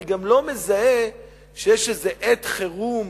אני גם לא מזהה שיש איזו עת חירום